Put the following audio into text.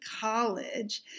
College